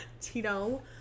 Tito